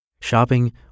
Shopping